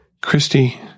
Christy